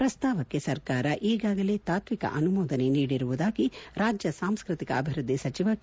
ಪ್ರಸ್ತಾವಕ್ಷೆ ಸರ್ಕಾರ ಈಗಾಗಲೇ ತಾತ್ವಿಕ ಅನುಮೋದನೆ ನೀಡಿರುವುದಾಗಿ ರಾಜ್ಯ ಸಾಂಸ್ಕೃತಿಕ ಅಭಿವೃದ್ದಿ ಸಚಿವ ಕೆ